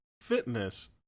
fitness